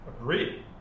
agree